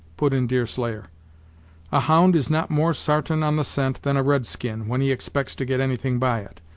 put in deerslayer a hound is not more sartain on the scent than a red-skin, when he expects to get anything by it.